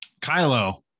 Kylo